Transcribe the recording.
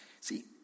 See